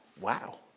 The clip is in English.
wow